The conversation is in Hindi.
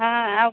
हाँ